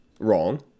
Wrong